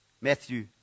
Matthew